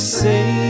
say